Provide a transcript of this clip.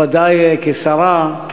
ודאי כשרה,